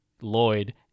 Lloyd